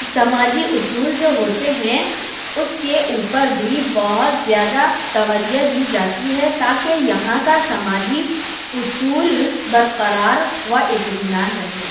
سماجی اصول جو ہوتے ہیں اس کے اوپر بھی بہت زیادہ توجہ دی جاتی ہے تاکہ یہاں کا سماجی اصول برقرار و اطمینان رہے